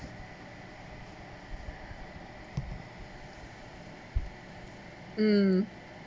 mm